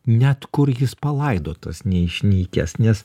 net kur jis palaidotas neišnykęs nes